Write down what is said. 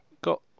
got